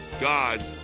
God